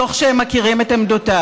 תוך שהם מכירים את עמדותיי,